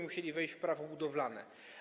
Musielibyśmy wejść w prawo budowlane.